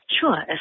Sure